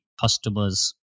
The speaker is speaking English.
customer's